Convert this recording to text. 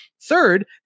Third